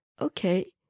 Okay